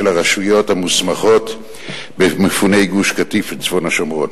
הרשויות המוסמכות במפוני גוש-קטיף וצפון השומרון.